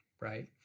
right